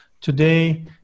today